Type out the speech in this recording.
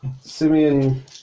Simeon